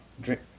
drink